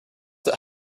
that